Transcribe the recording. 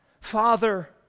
Father